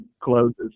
closes